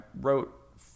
wrote